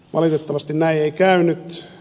valitettavasti näin ei käynyt